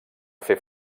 fer